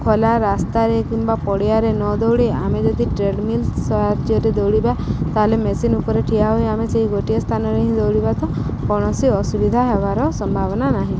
ଖୋଲା ରାସ୍ତାରେ କିମ୍ବା ପଡ଼ିଆରେ ନ ଦୌଡ଼ି ଆମେ ଯଦି ଟ୍ରେଡ଼୍ ମିଲ୍ ସାହାଯ୍ୟରେ ଦୌଡ଼ିବା ତା'ହେଲେ ମେସିନ୍ ଉପରେ ଠିଆ ହୋଇ ଆମେ ସେଇ ଗୋଟିଏ ସ୍ଥାନରେ ହିଁ ଦୌଡ଼ିବା ତ କୌଣସି ଅସୁବିଧା ହେବାର ସମ୍ଭାବନା ନାହିଁ